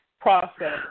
process